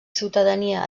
ciutadania